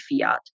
fiat